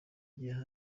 gihe